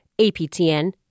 APTN